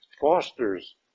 fosters